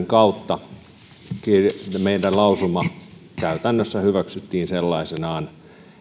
kautta meidän lausumamme käytännössä hyväksyttiin sellaisenaan